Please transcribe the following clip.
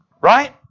Right